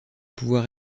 pouvoir